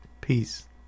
Peace